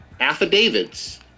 affidavits